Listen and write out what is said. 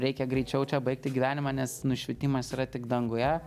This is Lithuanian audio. reikia greičiau čia baigti gyvenimą nes nušvitimas yra tik danguje